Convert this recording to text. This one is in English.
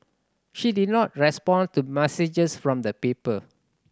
she did not respond to messages from the paper